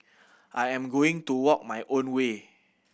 I am going to walk my own way